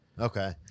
Okay